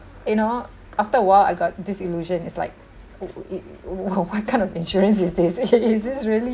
you know after awhile I got disillusioned it's like it wh~ what what kind of insurance is this is this really uh